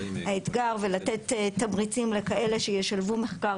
האתגר ולתת תמריצים לכאלה שישלבו מחקר